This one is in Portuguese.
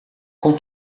com